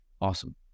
Awesome